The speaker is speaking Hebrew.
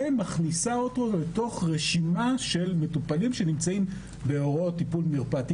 ומכניסה אותו לתוך רשימה של מטופלים שנמצאים בהוראות טיפול מרפאתי